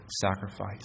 sacrifice